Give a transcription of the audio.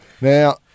Now